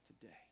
today